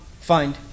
find